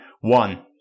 One